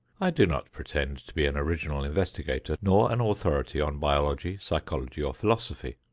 i do not pretend to be an original investigator, nor an authority on biology, psychology or philosophy.